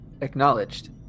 Acknowledged